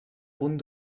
punt